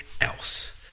else